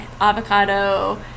avocado